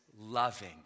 loving